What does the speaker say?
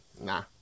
Nah